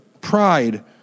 pride